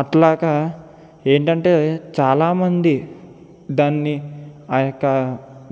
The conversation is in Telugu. అట్లాగా ఏంటంటే చాలా మంది దాన్ని ఆయొక్క